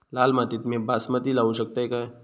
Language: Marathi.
लाल मातीत मी बासमती लावू शकतय काय?